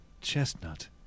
chestnut